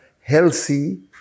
healthy